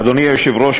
אדוני היושב-ראש,